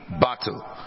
battle